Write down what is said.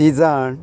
तिजाण